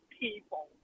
people